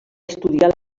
estudiar